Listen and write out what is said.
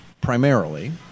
primarily